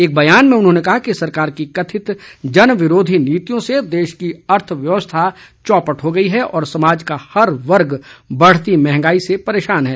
एक बयान में उन्होंने कहा कि सरकार की कथित जन विराधी नीतियों से देश की अर्थव्यवस्था चौपट हो गई है और समाज का हर वर्ग बढ़ती मंहगाई से परेशान है